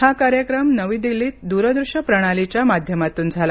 हा कार्यक्रम नवी दिल्लीत दूरदृश्य प्रणालीच्या माध्यमातून झाला